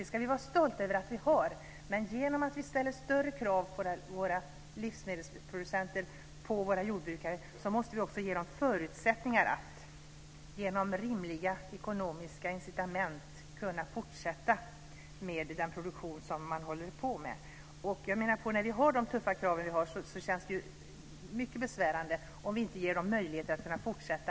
Vi ska vara stolta över att vi har det, men när vi ställer större krav på våra livsmedelsproducenter och på våra jordbrukare måste vi också ge dem rimliga ekonomiska incitament att fortsätta med den produktion som de bedriver. Med de tuffa krav som vi har känns det mycket besvärande om vi inte ger dem möjligheter att fortsätta.